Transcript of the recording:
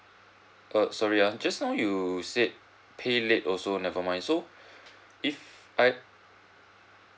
uh sorry ah just now you said pay late also never mind so if I